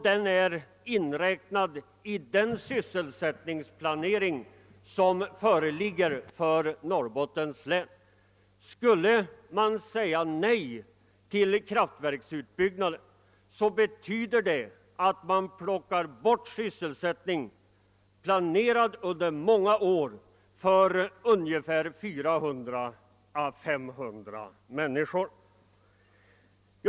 Den är inräknad i den sysselsättningsplanering som föreligger för Norrbottens län. Skulle man säga nej till kraftverksutbyggnaden, betyder detta att man plockar bort sysselsättning, planerad under många år, för 500 människor.